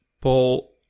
Paul